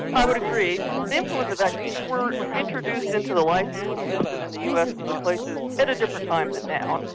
i would agree. the influence of vaccines were introduced into the licensing system in the us and other places at a different time than now,